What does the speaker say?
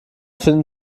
findet